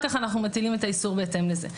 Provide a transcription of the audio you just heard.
כך אנחנו מטילים את האיסור בהתאם לזה.